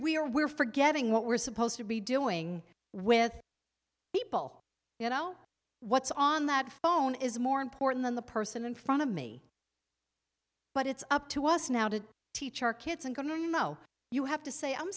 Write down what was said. are we're forgetting what we're supposed to be doing with people you know what's on that phone is more important than the person in front of me but it's up to us now to teach our kids and go to you know you have to say i'm